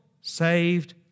saved